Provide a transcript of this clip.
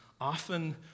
often